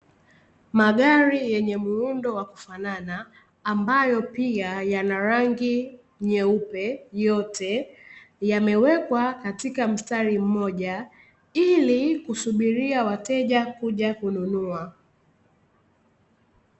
Magari yenye mundo wa kufanana, ambayo pia yana rangi nyeupe yote, yamewekwa katika mstari mmoja, ili kusubiria wateja kuja kununua.